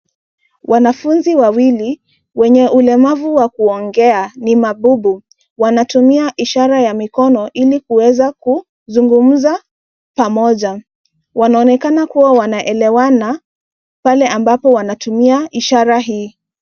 Wanafunzi wawili wenye ulemavu wa kuongea ni mabubu, wanatumia ishara ya mikono ili kuweza kuzungumza pamoja. Wanaonekana kuwa wanaelewana pale ambapo wanatumia ishara hii.